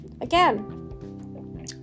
Again